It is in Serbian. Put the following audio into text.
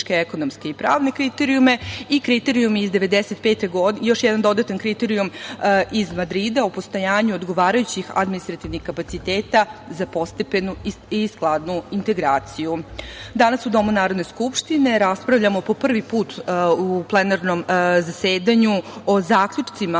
ekonomske i pravne kriterijume i još jedan dodatan kriterijum iz Madrida o postojanju odgovarajućih administrativnih kapaciteta za postepenu i skladnu integraciju. Danas u Domu Narodne skupštine raspravljamo po prvi put u plenarnom zasedanju o zaključcima